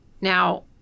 Now